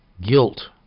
guilt